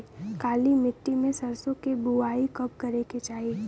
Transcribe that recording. काली मिट्टी में सरसों के बुआई कब करे के चाही?